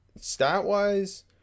stat-wise